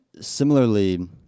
Similarly